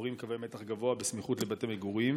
עוברים קווי מתח גבוה בסמיכות לבתי מגורים.